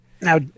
Now